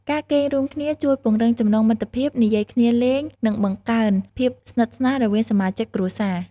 ការគេងរួមគ្នាជួយពង្រឹងចំណងមិត្តភាព និយាយគ្នាលេង និងបង្កើនភាពស្និទ្ធស្នាលរវាងសមាជិកគ្រួសារ។